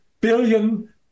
billion